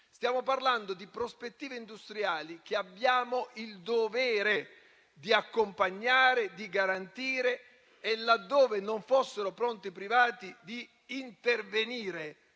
Stiamo parlando di prospettive industriali che abbiamo il dovere di accompagnare, di garantire e, laddove non fossero pronti i privati, di intervenire